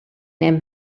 hemm